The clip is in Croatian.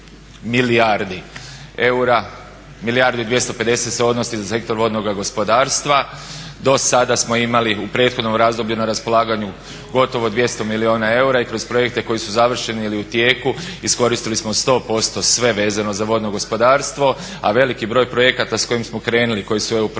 milijardi eura, 1 milijardu i 250 se odnosi na sektor vodnoga gospodarstva. Dosada smo imali u prethodnom razdoblju na raspolaganju gotovo 200 milijuna eura i kroz projekte koji su završeni ili u tijeku iskoristili smo 100% sve vezano za vodno gospodarstvo, a veliki broj projekata s kojim smo krenuli i koji su EU projekti,